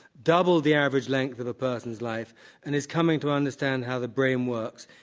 doubled the average length of a burdened life and is coming to understand how the brain works,